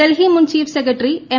ഡ്ർഹി മുൻ chief secretary M